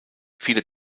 viele